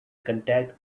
contact